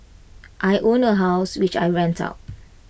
I own A house which I rent out